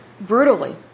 Brutally